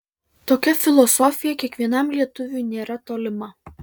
tokia filosofija kiekvienam lietuviui nėra tolima